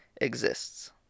exists